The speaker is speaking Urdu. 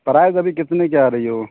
پرائز ابھی کتنے کی آ رہی ہے وہ